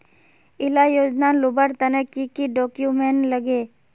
इला योजनार लुबार तने की की डॉक्यूमेंट लगे?